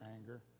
anger